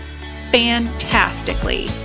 fantastically